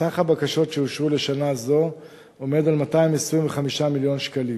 סך הבקשות שאושרו לשנה זאת עומד על 225 מיליון שקלים.